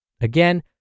Again